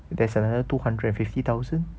there's another two hundred and fifty thousand